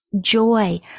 joy